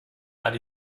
that